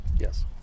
Yes